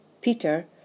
Peter